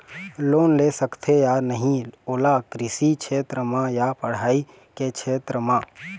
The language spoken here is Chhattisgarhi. लोन ले सकथे या नहीं ओला कृषि क्षेत्र मा या पढ़ई के क्षेत्र मा?